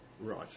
Right